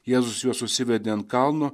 jėzus juos užsivedė ant kalno